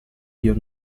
you